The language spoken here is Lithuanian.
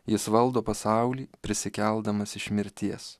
jis valdo pasaulį prisikeldamas iš mirties